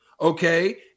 okay